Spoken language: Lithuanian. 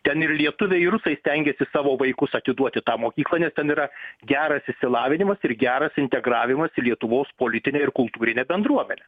ten ir lietuviai ir rusai stengiasi savo vaikus atiduot į tą mokyklą nes ten yra geras išsilavinimas ir geras integravimas į lietuvos politinę ir kultūrinę bendruomenę